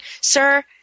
sir